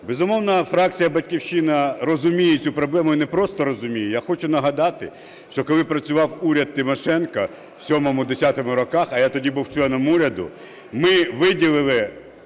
Безумовно, фракція "Батьківщина" розуміє цю проблему і не просто розуміє. Я хочу нагадати, що коли працював уряд Тимошенко в сьому-десятому роках, а я тоді був членом уряду, ми виділили